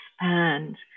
expand